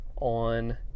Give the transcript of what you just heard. on